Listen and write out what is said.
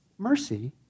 Mercy